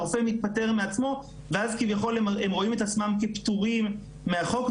הרופא מתפטר בעצמו ואז כביכול הם רואים עצמם כפטורים מהחוק,